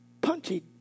punchy